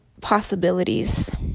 possibilities